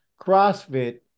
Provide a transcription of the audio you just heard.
CrossFit